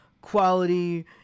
quality